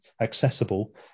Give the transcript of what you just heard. accessible